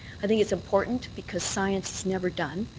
i think it's important because science is never done.